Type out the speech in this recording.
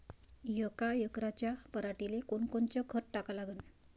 यका एकराच्या पराटीले कोनकोनचं खत टाका लागन?